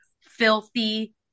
filthy